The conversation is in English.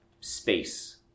space